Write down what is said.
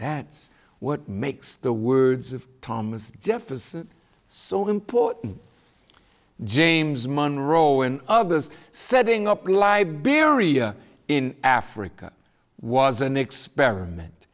that's what makes the words of thomas jefferson so important james monroe in others setting up liberia in africa was an experiment